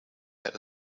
had